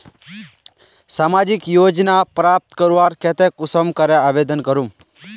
सामाजिक योजना प्राप्त करवार केते कुंसम करे आवेदन करूम?